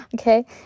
Okay